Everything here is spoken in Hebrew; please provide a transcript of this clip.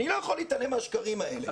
אני לא יכול להתעלם מהשקרים האלה.